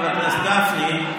חבר הכנסת גפני,